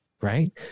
right